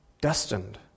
destined